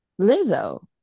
Lizzo